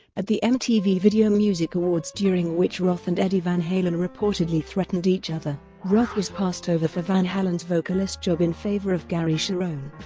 at the mtv video music awards during which roth and eddie van halen reportedly threatened each other, roth was passed over for van halen's vocalist job in favor of gary cherone.